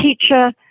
teacher